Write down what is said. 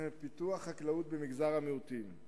פיתוח חקלאות במגזר המיעוטים,